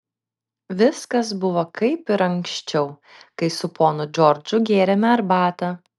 viskas buvo kaip ir anksčiau kai su ponu džordžu gėrėme arbatą